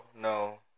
no